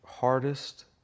hardest